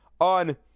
on